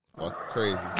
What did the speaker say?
crazy